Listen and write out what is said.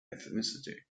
ethnicity